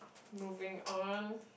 moving on